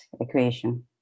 equation